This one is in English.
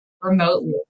remotely